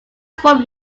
from